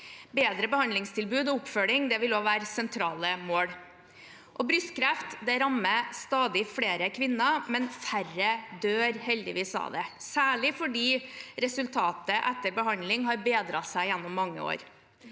Bedre behandlingstilbud og oppfølging vil også være sentrale mål. Brystkreft rammer stadig flere kvinner, men heldigvis dør færre av det, særlig fordi resultatet etter behandling har bedret seg gjennom mange år.